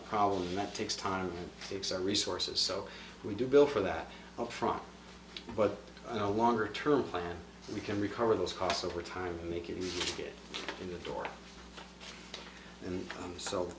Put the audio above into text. a problem that takes time to fix our resources so we do bill for that upfront but a longer term plan we can recover those costs over time make it get in the door and